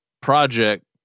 project